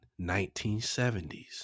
1970s